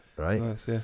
Right